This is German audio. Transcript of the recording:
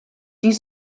die